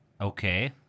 Okay